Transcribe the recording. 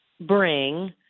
bring